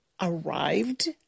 arrived